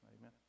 Amen